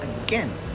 again